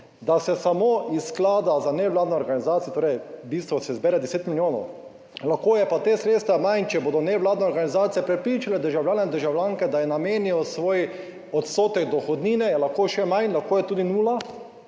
da se samo iz sklada za nevladne organizacije, torej v bistvu se zbere 10 milijonov, lahko je pa teh sredstev manj, če bodo nevladne organizacije prepričale državljane in državljanke, da ji namenijo svoj odstotek dohodnine, je lahko še manj, lahko je tudi nula.